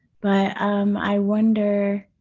but i wonder,